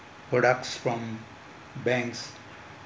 products from banks